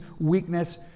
weakness